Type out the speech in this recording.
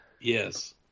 Yes